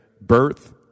birth